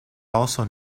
also